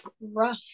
rough